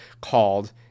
called